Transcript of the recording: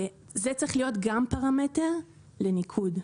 וזה צריך להיות גם פרמטר לניקוד.